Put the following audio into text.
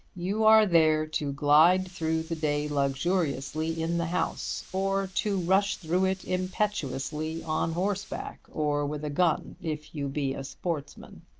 you are there to glide through the day luxuriously in the house or to rush through it impetuously on horseback or with a gun if you be a sportsman.